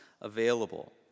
available